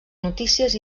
notícies